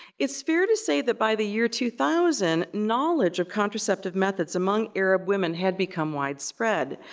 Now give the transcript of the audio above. it's fair to say that by the year two thousand, knowledge of contraceptive methods among arab women had become widespread.